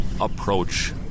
approach